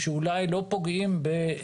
אני קראתי אותה היטב.